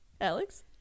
alex